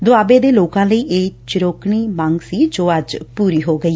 ਦੁਆਬੇ ਦੇ ਲੋਕਾਂ ਲਈ ਇਹ ਚਿਰਾ ਦੀ ਮੰਗ ਸੀ ਜੋ ਅੱਜ ਪੁਰੀ ਹੋ ਗਈ